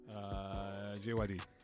JYD